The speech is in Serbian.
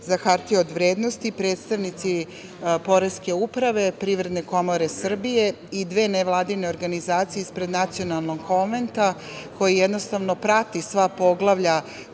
za hartije od vrednosti, predstavnici Poreske uprave, Privredne komore Srbije i dve nevladine organizacije ispred Nacionalnog konventa koji jednostavno prati sva poglavlja